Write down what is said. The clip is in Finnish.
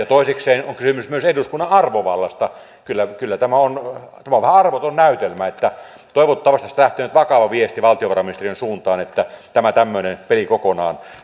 toisekseen on kysymys myös eduskunnan arvovallasta kyllä kyllä tämä on tämä on vähän arvoton näytelmä toivottavasti tästä lähtee nyt vakava viesti valtiovarainministeriön suuntaan että tämä tämmöinen peli kokonaan